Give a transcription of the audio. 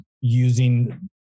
using